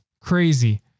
crazy